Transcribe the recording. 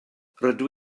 rydw